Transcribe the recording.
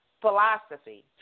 philosophy